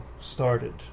started